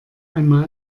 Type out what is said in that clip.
einmal